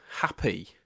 happy